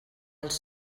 els